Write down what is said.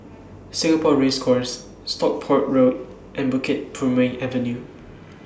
Singapore Race Course Stockport Road and Bukit Purmei Avenue